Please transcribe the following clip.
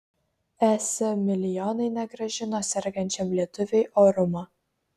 es milijonai negrąžino sergančiam lietuviui orumo